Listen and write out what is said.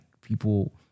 people